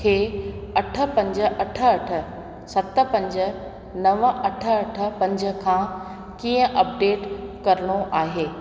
खे अठ पंज अठ अठ सत पंज नव अठ अठ पंज खां कीअं अपडेट करिणो आहे